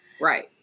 Right